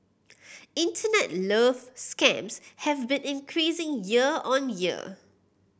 internet love scams have been increasing year on year